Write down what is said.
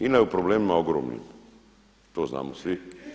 INA je u problemima ogromnim, to znamo svi.